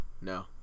No